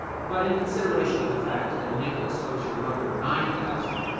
but in consideration of the fact that nicholas owes your mother nine thousand,